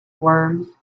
worms